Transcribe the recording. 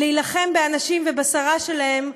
להילחם באנשים ובשרה שלהם,